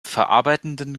verarbeitenden